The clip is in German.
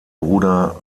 bruder